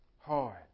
Hard